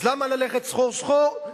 אז למה ללכת סחור סחור?